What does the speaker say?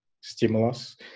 stimulus